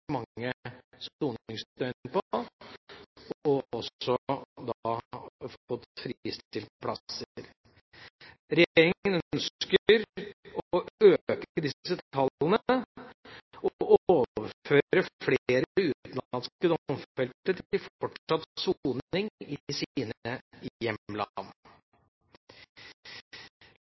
mange soningsdøgn på og da også fått fristilt plasser. Regjeringa ønsker å øke disse tallene og overføre flere utenlandske domfelte til fortsatt soning i